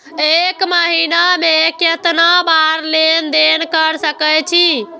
एक महीना में केतना बार लेन देन कर सके छी?